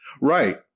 Right